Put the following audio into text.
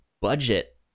budget